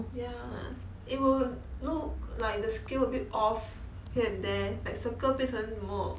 ya it will look like the scale a bit off here and there like circle 变成什么